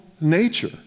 Nature